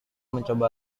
mencoba